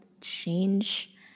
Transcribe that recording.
change